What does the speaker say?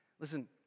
listen